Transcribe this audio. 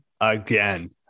again